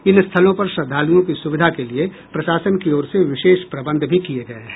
इन स्थलों पर श्रद्धालुओं की सुविधा के लिए प्रशासन की ओर से विशेष प्रबंध भी किये गये हैं